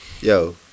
Yo